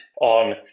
on